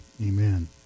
Amen